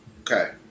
Okay